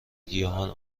گیاهان